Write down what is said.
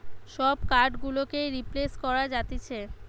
সব কার্ড গুলোকেই রিপ্লেস করা যাতিছে